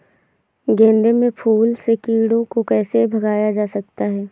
गेंदे के फूल से कीड़ों को कैसे भगाया जा सकता है?